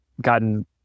gotten